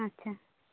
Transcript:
ᱟᱪᱪᱷᱟ